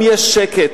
אם יש שקט,